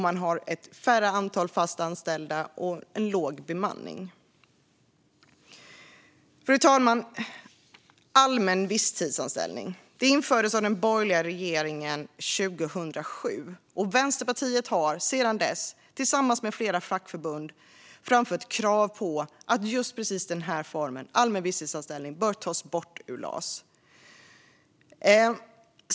Man har ett lägre antal fast anställda och en låg bemanning. Fru talman! Allmän visstidsanställning infördes av den borgerliga regeringen 2007. Vänsterpartiet har sedan dess, tillsammans med flera fackförbund, framfört krav på att just allmän visstidsanställning ska tas bort ur LAS.